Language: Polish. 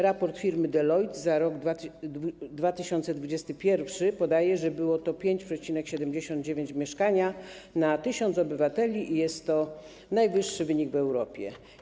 Raport firmy Deloitte za rok 2021 podaje, że było to 5,79 mieszkania na 1 tys. obywateli i jest to najwyższy wynik w Europie.